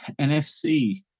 NFC